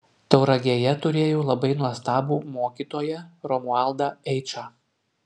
tauragėje turėjau labai nuostabų mokytoją romualdą eičą